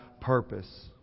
purpose